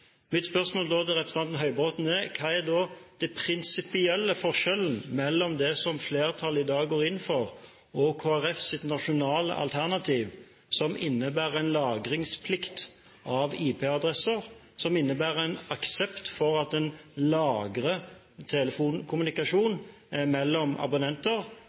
Mitt spørsmål til representanten Høybråten er da: Hva er den prinsipielle forskjellen mellom det som flertallet i dag går inn for, og Kristelig Folkepartis nasjonale alternativ, som innebærer en lagringsplikt av IP-adresser, som innebærer en aksept for at en lagrer telefonkommunikasjon mellom abonnenter,